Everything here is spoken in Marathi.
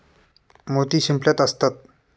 मोती शिंपल्यात असतात